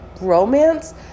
romance